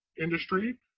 industry